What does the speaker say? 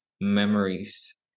memories